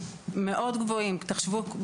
לצערי הרב, אצלנו בחברה הערבית, כל